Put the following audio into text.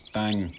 bang,